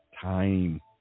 time